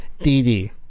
DD